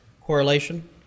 correlation